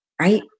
right